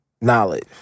knowledge